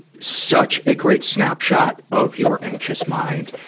such a great snapshot of your anxious mind.